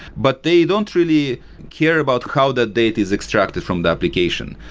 but they don't really care about how that data is extracted from the application.